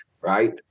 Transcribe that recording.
right